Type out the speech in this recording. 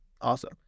Awesome